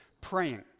praying